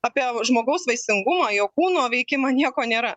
apie žmogaus vaisingumą jo kūno veikimą nieko nėra